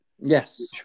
Yes